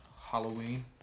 Halloween